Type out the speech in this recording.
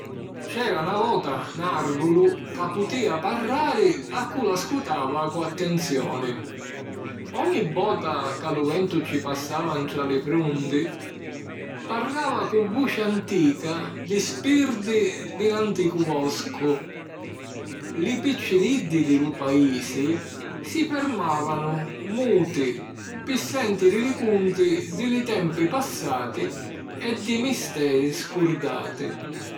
C'era na vota 'n àrvulu ca putìa parrari a cu l'ascutava cu attenzioni. Ogni vota ca lu ventu ci passava ntra li frundi, parrava cu vuci antica di spirdi di l’anticu voscu. Li picciriddi di lu paisi si fermàvanu muti pi sèntiri li cunti di li tempi passati e di misteri scurdati.